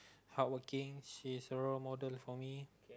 hardworking she's a role model for me